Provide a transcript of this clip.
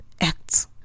acts